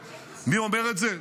מי אומר את זה?